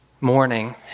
morning